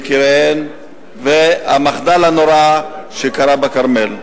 ששכלו יקיריהן במחדל הנורא שקרה בכרמל.